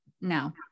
no